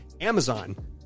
Amazon